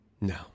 No